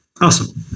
Awesome